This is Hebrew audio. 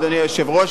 אדוני היושב-ראש,